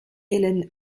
helen